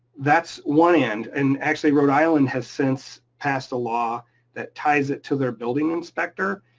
that's one end and actually rhode island has since passed a law that ties it to their building inspector.